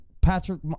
Patrick